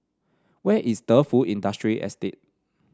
where is Defu Industrial Estate